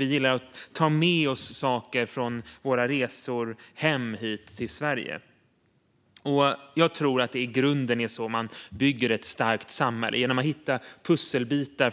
Vi gillar att ta med oss saker hem från våra resor, hit till Sverige. Jag tror att det i grunden är så man bygger ett starkt samhälle - genom att hitta pusselbitar